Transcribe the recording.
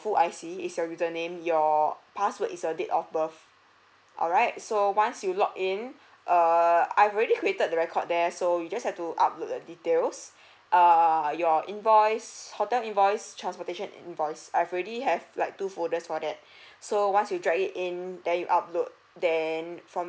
full I C is your username your password is the date of birth alright so once you log in err I've already created the record there so you just have to upload the details err your invoice hotel invoice transportation invoice I've already have like two folders for that so once you drop it in there you upload then from